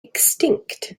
extinct